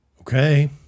Okay